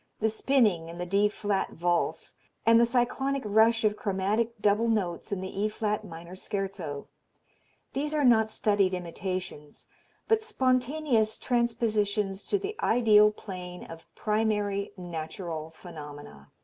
the spinning in the d flat valse and the cyclonic rush of chromatic double notes in the e flat minor scherzo these are not studied imitations but spontaneous transpositions to the ideal plane of primary, natural phenomena.